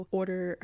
order